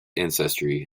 ancestry